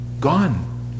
gone